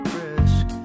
risk